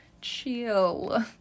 Chill